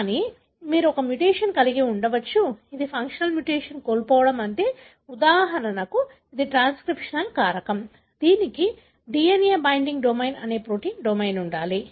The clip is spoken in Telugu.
కానీ మీరు ఒక మ్యుటేషన్ కలిగి ఉండవచ్చు ఇది ఫంక్షన్ మ్యుటేషన్ కోల్పోవడం అంటే ఉదాహరణకు ఇది ట్రాన్స్క్రిప్షనల్ కారకం దీనికి DNA బైండింగ్ డొమైన్ అనే ప్రోటీన్ డొమైన్ ఉండాలి